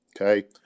Okay